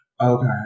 Okay